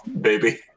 baby